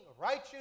righteous